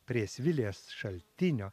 prie svilės šaltinio